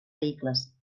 vehicles